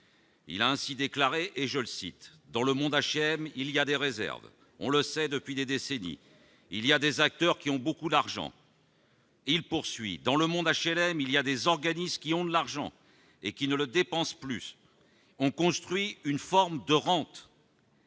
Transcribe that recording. Il a ainsi déclaré et je le cite dans le monde HLM il y a des réserves, on le sait depuis des décennies, il y a des acteurs qui ont beaucoup d'argent. Il poursuit dans le monde HLM il y a des organismes qui ont de l'argent et qui ne le dépensent plus on construit une forme de rente.